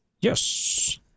Yes